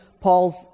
Paul's